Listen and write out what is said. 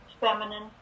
feminine